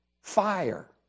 fire